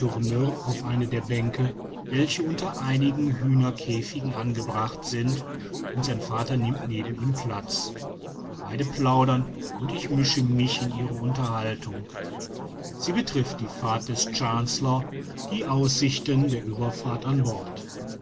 auf eine der bänke welche unter einigen hühnerkäfigen angebracht sind und sein vater nimmt neben ihm platz beide plaudern und ich mische mich in ihre unterhaltung sie betrifft die fahrt des chancellor die aussichten der ueberfahrt an bord